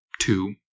two